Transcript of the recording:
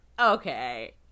Okay